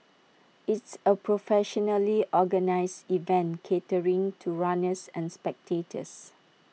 it's A professionally organised event catering to runners and spectators